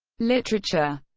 literature